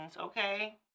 Okay